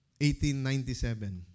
1897